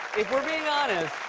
we're being honest